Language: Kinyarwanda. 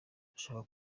ndashaka